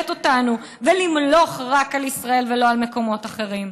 אותנו ולמלוך רק על ישראל ולא על מקומות אחרים.